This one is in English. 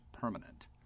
permanent